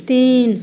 तीन